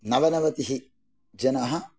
नवनवतिः जनाः